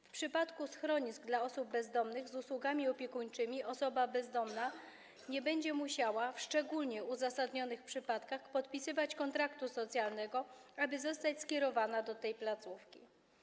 W przypadku schronisk dla osób bezdomnych z usługami opiekuńczymi osoba bezdomna nie będzie musiała w szczególnie uzasadnionych przypadkach podpisywać kontraktu socjalnego, aby zostać skierowana do tej placówki.